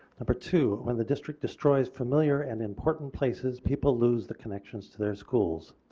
number two when the district destroys familiar and important places people lose the connections to their schools.